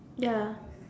ya